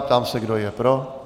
Ptám se, kdo je pro.